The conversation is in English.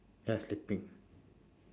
ya sleeping